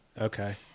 Okay